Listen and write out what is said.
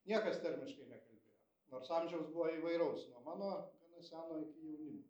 niekas tarmiškai nekalbėjo nors amžiaus buvo įvairaus nuo mano gana seno iki jaunimo